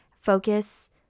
focus